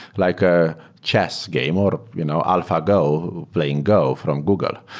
like a chess game or you know alpha go, playing go from google.